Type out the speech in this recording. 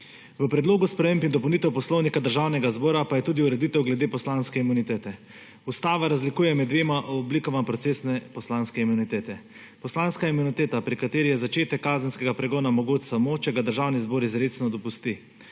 V Predlogu sprememb in dopolnitev Poslovnika državnega zbora pa je tudi ureditev glede poslanske imunitete. Ustava razlikuje med dvema oblikama procesne poslanske imunitete. Poslanska imuniteta, pri kateri je začetek kazenskega pregona mogoč samo, če ga Državni zbor izrecno dopusti,